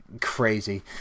crazy